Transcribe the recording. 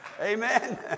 Amen